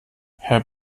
herr